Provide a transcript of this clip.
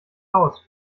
aus